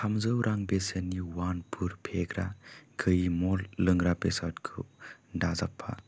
थामजौ रां बेसेननि वान पुर फेग्रा गैयै मल्ट लोंग्रा बेसादखौ दाजाबफा